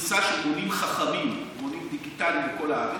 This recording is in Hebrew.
פריסה של מונים חכמים, מונים דיגיטליים, בכל הארץ.